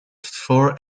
for